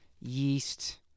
yeast